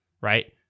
right